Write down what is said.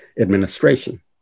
administration